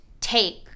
take